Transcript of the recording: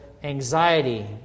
anxiety